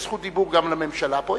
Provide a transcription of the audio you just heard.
יש זכות דיבור גם לממשלה פה.